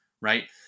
right